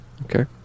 Okay